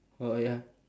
oh ya